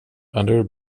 under